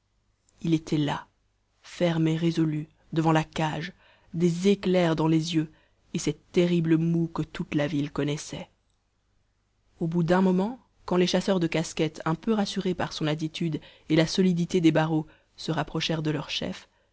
il était là ferme et résolu devant la cage des éclairs dans les yeux et cette terrible moue que toute la ville connaissait au bout d'un moment quand les chasseurs de casquettes un peu rassurés par son attitude et la solidité des barreaux se rapprochèrent de leur chef